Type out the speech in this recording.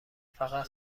فقط